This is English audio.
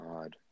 God